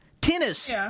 tennis